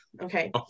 Okay